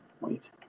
wait